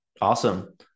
Awesome